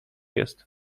jest